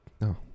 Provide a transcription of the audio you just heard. no